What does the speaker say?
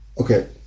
Okay